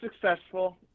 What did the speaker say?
successful